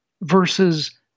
versus